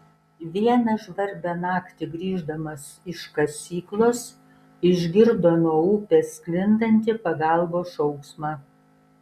vieną žvarbią naktį grįždamas iš kasyklos išgirdo nuo upės sklindantį pagalbos šauksmą